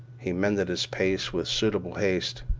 he mended his pace with suitable haste.